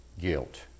Guilt